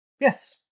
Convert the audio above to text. Yes